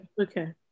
Okay